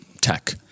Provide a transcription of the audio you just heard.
tech